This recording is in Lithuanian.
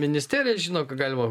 ministerija žino ką galima